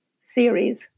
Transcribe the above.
series